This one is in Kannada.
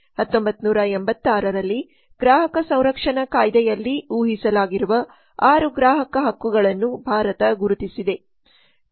1986 ರಲ್ಲಿ ಗ್ರಾಹಕ ಸಂರಕ್ಷಣಾ ಕಾಯ್ದೆಯಲ್ಲಿ ಊಹಿಸಲಾಗಿರುವ 6 ಗ್ರಾಹಕ ಹಕ್ಕುಗಳನ್ನು ಭಾರತ ಗುರುತಿಸಿದೆ